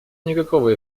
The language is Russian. никакого